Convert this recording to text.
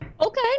okay